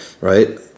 Right